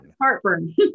Heartburn